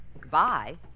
Goodbye